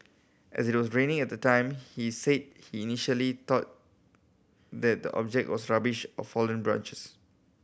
as it was raining at the time he said he initially thought that the object was rubbish or fallen branches